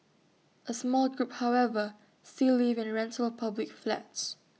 A small group however still live in rental public flats